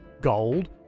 gold